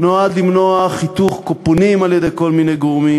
נועד למנוע חיתוך קופונים על-ידי כל מיני גורמים,